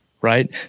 right